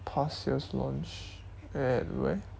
past sales launch at where